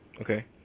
Okay